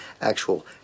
actual